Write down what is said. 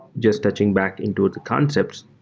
just touching back into the concepts,